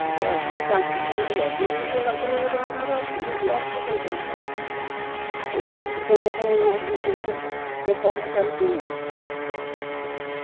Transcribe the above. ବର୍ଷକୁ ପାଞ୍ଚ ଦିନକୁ ଲକ୍ଷ ଲକ୍ଷ ଟଙ୍କା ଦର ହେଉଛି ନା ବର୍ଷକୁ ପାଞ୍ଚ ଲକ୍ଷ ଟଙ୍କା ଟିକେ ବି ଟଙ୍କାରେ ନାହିଁ ବେପାର ଚାଲିଛି